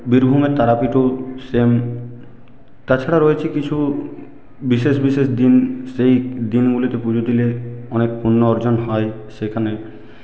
বীরভূমের তারাপীঠেও সেম তাছাড়া রয়েছে কিছু বিশেষ বিশেষ দিন সেই দিনগুলিতে পুজো দিলে অনেক পুণ্য অর্জন হয় সেখানে